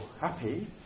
happy